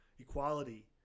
equality